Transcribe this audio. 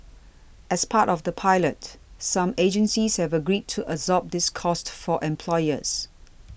as part of the pilot some agencies have agreed to absorb this cost for employers